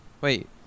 Wait